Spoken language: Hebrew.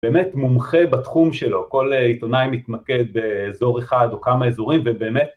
באמת מומחה בתחום שלו, כל עיתונאי מתמקד באזור אחד או כמה אזורים ובאמת